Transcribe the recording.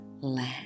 let